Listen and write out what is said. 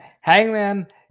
Hangman